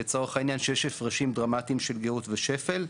לצורך העניין כשיש הפרשים דרמטיים של גאות ושפל,